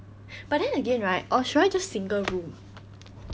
but then again right or should I just single room